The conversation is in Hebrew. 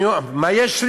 מה יש לך?